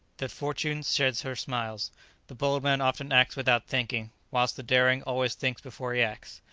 that fortune sheds her smiles the bold man often acts without thinking, whilst the daring always thinks before he acts.